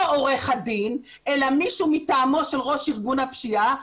עורך הדין אלא מישהו מטעמו של ראש ארגון הפשיעה,